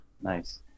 nice